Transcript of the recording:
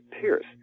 Pierce